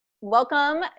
Welcome